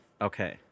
Okay